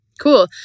Cool